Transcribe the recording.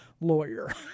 lawyer